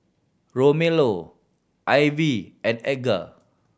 Romello Ivie and Edgar